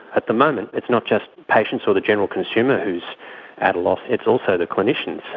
at the moment it's not just patients or the general consumer who is at a loss, it's also the clinicians.